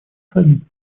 социальной